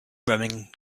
running